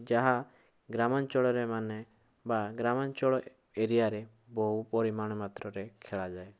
ଯାହା ଗ୍ରାମାଞ୍ଚଳରେ ମାନେ ବା ଗ୍ରାମାଞ୍ଚଳ ଏରିଆରେ ବହୁ ପରିମାଣ ମାତ୍ରରେ ଖେଳାଯାଏ